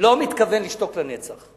לא מתכוון לשתוק לנצח.